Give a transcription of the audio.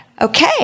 okay